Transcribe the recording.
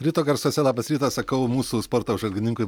ryto garsuose labas rytas sakau mūsų sporto apžvalgininkui